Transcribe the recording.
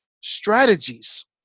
strategies